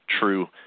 true